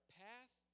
path